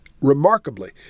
remarkably